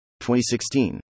2016